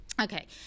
Okay